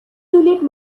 juliet